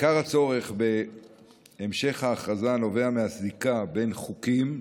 עיקר הצורך בהמשך ההכרזה נובע מהזיקה בין חוקים,